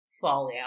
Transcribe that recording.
fallout